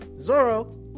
zoro